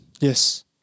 Yes